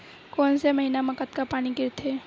कोन से महीना म कतका पानी गिरथे?